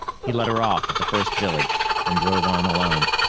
he let her off at the first village and drove on alone.